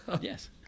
Yes